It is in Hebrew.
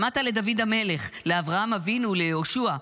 שמעת לדוד המלך, לאברהם אבינו, ליהושע.